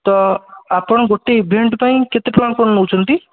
ତ ଆପଣ ଗୋଟେ ଇଭେଣ୍ଟ୍ ପାଇଁ କେତେ ଟଙ୍କା କ'ଣ ନେଉଛନ୍ତି